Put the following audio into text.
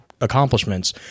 accomplishments